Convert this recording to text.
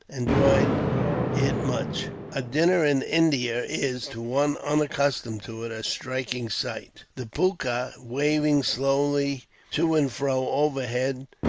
enjoyed it much. a dinner in india is, to one unaccustomed to it, a striking sight the punkah waving slowly to and fro, overhead,